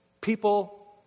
people